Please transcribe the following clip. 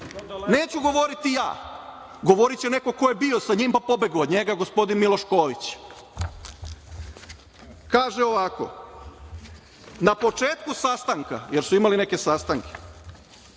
Neću govoriti ja, govoriće neko ko je bio sa njim, pa pobegao od njega, gospodin Miloš Ković. Kaže ovako – na početku sastanka, jer su imali neke sastanke,